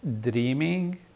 dreaming